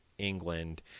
england